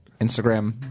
Instagram